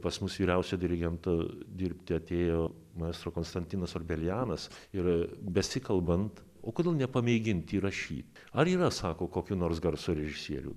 pas mus vyriausiu dirigentu dirbti atėjo maestro konstantinas orbelianas ir besikalbant o kodėl nepamėgint įrašyt ar yra sako kokių nors garso režisierių